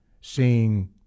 seeing